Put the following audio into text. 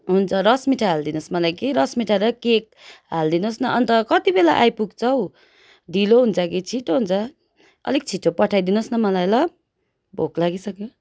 हुन्छ रस मिठाई हाल्दिनोस् मलाई कि रस मिठाई र केक हालिदिनुहोस् न अन्त कति बेला आइपुग्छ हौ ढिलो हुन्छ कि छिटो हुन्छ अलिक छिटो पठाइदिनुहोस् न मलाई ल भोक लागिसक्यो